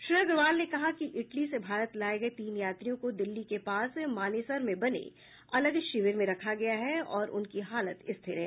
श्री अग्रवाल ने कहा कि इटली से भारत लाए गए तीन यात्रियों को दिल्ली के पास मानेसर में बने अलग शिविर में रखा गया है और उनकी हालत स्थिर है